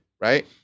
right